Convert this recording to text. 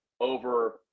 over